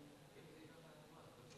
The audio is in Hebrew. שהרכבת צפרה והולך הרגל לא נענה